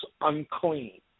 unclean